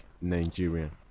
Nigerian